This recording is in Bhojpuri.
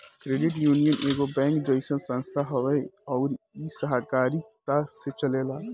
क्रेडिट यूनियन एगो बैंक जइसन संस्था हवे अउर इ के सहकारिता से चलेला